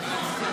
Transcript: הממשלה